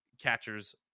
Catchers